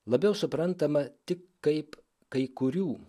labiau suprantama tik kaip kai kurių